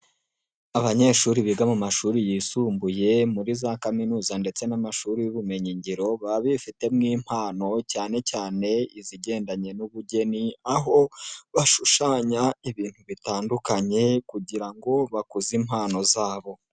Abanyeshuri biga mu mashuri yisumbuye muri za kaminuza ndetse n'amashuri y'ubumenyi ngiro, baba bifitemo impano cyane cyane izigendanye n'ubugeni, aho bashushanya ibintu bitandukanye kugira ngo bakuze impano zabo.